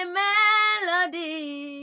melody